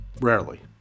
rarely